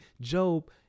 job